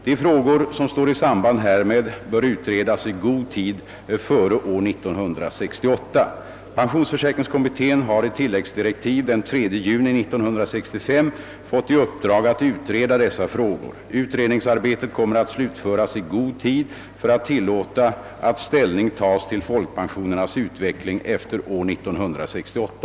De frågor som står i samband härmed bör utredas i god tid före år 1968.» Pensions försäkringskommittén har i tilläggsdirektiv den 3 juni 1965 fått i uppdrag att utreda dessa frågor. Utredningsarbetet kommer att slutföras i god tid för att tillåta att ställning tas till folkpensionernas utveckling efter år 1968.